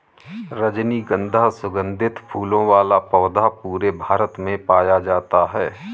रजनीगन्धा सुगन्धित फूलों वाला पौधा पूरे भारत में पाया जाता है